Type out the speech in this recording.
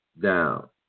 down